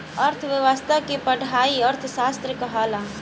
अर्थ्व्यवस्था के पढ़ाई अर्थशास्त्र कहाला